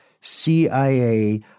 CIA